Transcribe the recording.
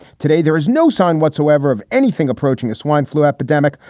today, there is no sign whatsoever of anything approaching a swine flu epidemic.